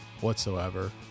whatsoever